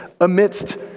amidst